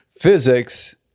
physics